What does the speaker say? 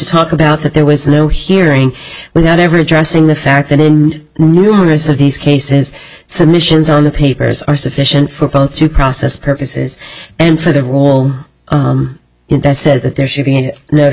talk about that there was no hearing without ever addressing the fact that in numerous of these cases submissions on the papers are sufficient for both to process purposes and for the role that says that there should be